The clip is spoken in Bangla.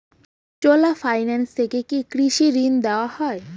চোলা ফাইন্যান্স থেকে কি কৃষি ঋণ দেওয়া হয়?